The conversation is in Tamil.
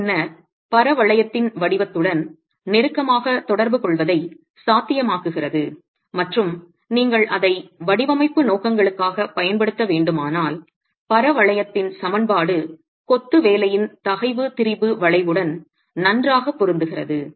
பின்னர் பரவளையத்தின் வடிவத்துடன் நெருக்கமாகத் தொடர்புகொள்வதை சாத்தியமாக்குகிறது மற்றும் நீங்கள் அதை வடிவமைப்பு நோக்கங்களுக்காகப் பயன்படுத்த வேண்டுமானால் பரவளையத்தின் சமன்பாடு கொத்து வேலையின் தகைவு திரிபு வளைவுடன் நன்றாகப் பொருந்துகிறது